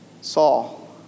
Saul